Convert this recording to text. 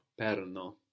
Perno